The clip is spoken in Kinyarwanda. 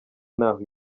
ntaho